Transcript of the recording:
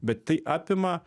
bet tai apima